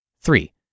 Three